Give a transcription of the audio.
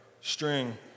string